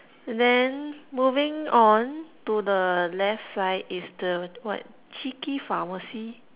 and then moving on to the left side is the what cheeky pharmacy